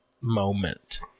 moment